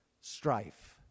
strife